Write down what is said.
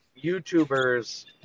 YouTubers